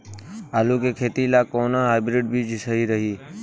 आलू के खेती ला कोवन हाइब्रिड बीज सही रही?